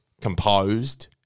composed